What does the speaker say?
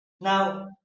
Now